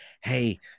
Hey